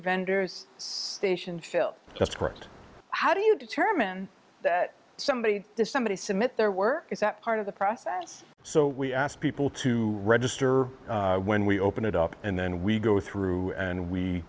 vendor's station show up just to correct how do you determine that somebody is somebody submit their work is that part of the process so we ask people to register when we open it up and then we go through and we